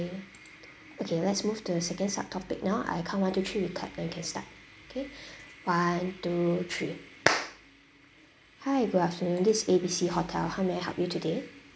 okay let's move to the second subtopic now I count one two three we clap then we can start K one two three hi good afternoon this is A B C hotel how may I help you today